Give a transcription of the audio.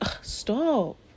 stop